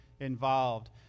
involved